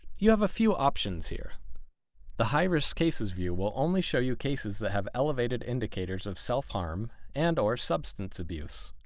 you have a few options here the high risk cases view will only show you cases that have elevated indicators of self-harm and or substance abuse.